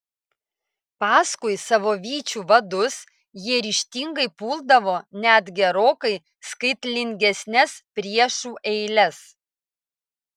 paskui savo vyčių vadus jie ryžtingai puldavo net gerokai skaitlingesnes priešų eiles